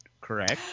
correct